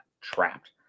trapped